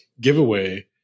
giveaway